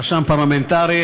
רשם פרלמנטרי,